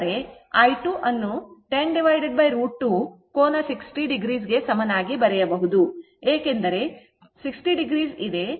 ಅಂದರೆ i2 ಅನ್ನು 10 √ 2 ಕೋನ 60o ಗೆ ಸಮನಾಗಿ ಬರೆಯಬಹುದು ಏಕೆಂದರೆ 60o ಇದೆ